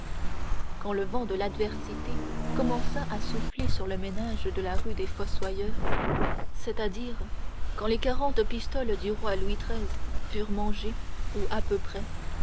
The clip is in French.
quand le vent de l'adversité commença à souffler sur le ménage de la rue des fossoyeurs c'est-à-dire quand les quarante pistoles du roi louis xiii furent mangées ou à peu près